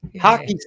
Hockey